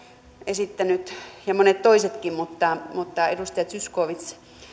esittänyt ja monet toisetkin mutta mutta edustaja zyskowicz